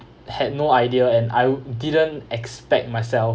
I had no idea and I w~ didn't expect myself